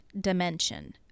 dimension